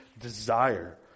desire